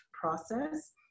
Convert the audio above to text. Process